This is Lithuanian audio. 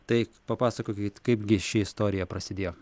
tai papasakokit kaip gi ši istorija prasidėjo